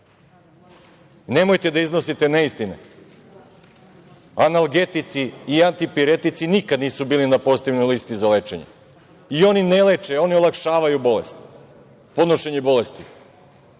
da iznosite neistine. Analgetici i antipiretici nikad nisu bili na pozitivnoj listi za lečenje i oni ne leče, oni olakšavaju bolest, podnošenje bolesti.